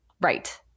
Right